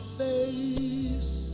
face